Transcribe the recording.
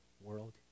world